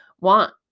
want